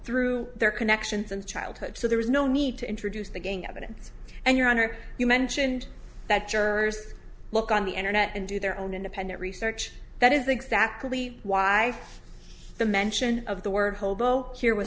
through their connections and childhood so there is no need to introduce the gang evidence and your honor you mentioned that jurors look on the internet and do their own independent research that is exactly why the mention of the word hobo here was